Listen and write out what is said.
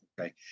Okay